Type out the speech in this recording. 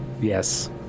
Yes